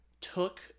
took